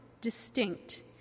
distinct